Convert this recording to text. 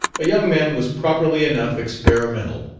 a young man was properly enough experimental,